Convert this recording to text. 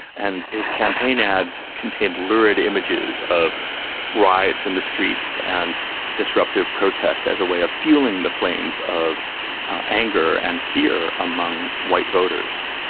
and his campaign ads contained lurid images of rights in the streets and disruptive protest as a way of fuelling the flames of anger and fear among white voters.